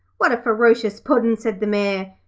what a ferocious puddin' said the mayor,